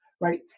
right